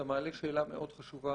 אתה מעלה שאלה מאוד חשובה.